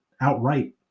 outright